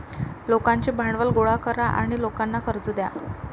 लोकांचे भांडवल गोळा करा आणि लोकांना कर्ज द्या